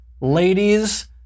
Ladies